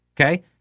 okay